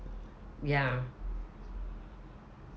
ya